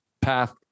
path